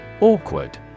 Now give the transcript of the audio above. Awkward